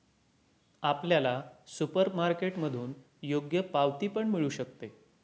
आपल्याला सुपरमार्केटमधून योग्य पावती पण मिळू शकते